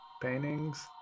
paintings